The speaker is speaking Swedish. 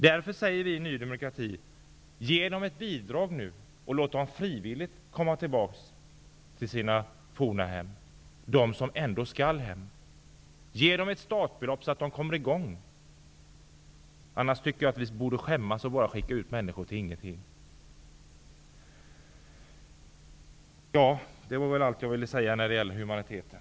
Vi i Ny demokrati anser därför att man borde ge dessa människor ett bidrag så att de frivilligt kan återvända till sina forna hem; de som ändå skall hem. Ge dem ett startbelopp så att de kommer i gång. Vi borde skämmas att skicka i väg människor till ingenting. Det var allt jag ville säga när det gäller humaniteten.